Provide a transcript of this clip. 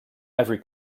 ivory